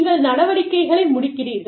நீங்கள் நடவடிக்கைகளை முடிக்கிறீர்கள்